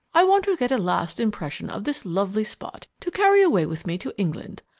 i want to get a last impression of this lovely spot to carry away with me to england.